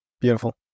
beautiful